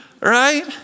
right